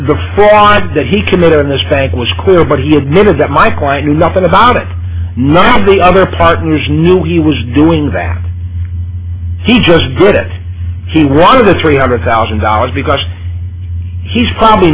fraud that he committed in this bank was clear but he admitted that my quite knew nothing about it none of the other partners knew he was doing that he just good at he wanted the three hundred thousand dollars because he's probably